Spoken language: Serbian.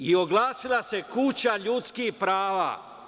I oglasila se Kuća ljudskih prava.